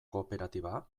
kooperatiba